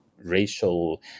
racial